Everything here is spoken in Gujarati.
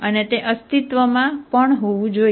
અને તે અસ્તિત્વમાં હોવું જોઈએ